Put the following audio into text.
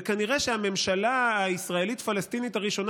וכנראה שהממשלה הישראלית-פלסטינית הראשונה